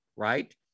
right